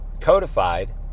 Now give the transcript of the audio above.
codified